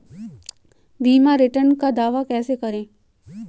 बीमा रिटर्न का दावा कैसे करें?